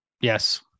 Yes